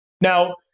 Now